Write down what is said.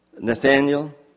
Nathaniel